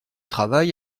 travail